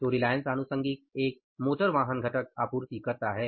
तो रिलायंस आनुषंगीक एक मोटर वाहन घटक आपूर्तिकर्ता है